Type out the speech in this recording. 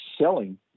selling